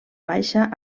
baixa